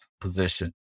position